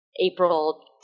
April